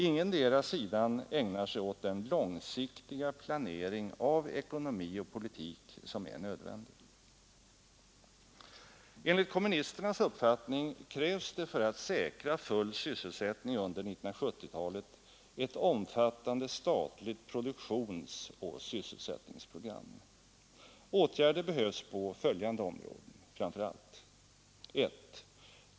Ingendera sidan ägnar sig åt den långsiktiga planering av ekonomi och politik som är nödvändig. Enligt kommunisternas uppfattning krävs det för att säkra full sysselsättning under 1970-talet ett omfattande statligt produktionsoch sysselsättningsprogram. Åtgärder behövs på följande områden: 1.